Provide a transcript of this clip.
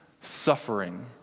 suffering